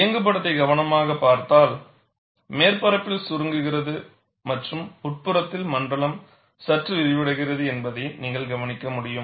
இயங்குப்படத்தை கவனமாகப் பார்த்தால் மேற்பரப்பில் சுருங்குகிறது மற்றும் உட்புறத்தில் மண்டலம் சற்று விரிவடைகிறது என்பதை நீங்கள் கவனிக்க முடியும்